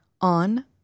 on